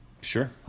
sure